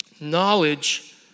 Knowledge